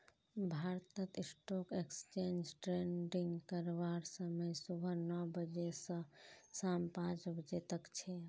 भारतत stock exchange trading करवार समय सुबह नौ बजे स शाम पांच बजे तक छेक